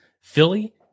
Philly